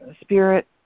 Spirit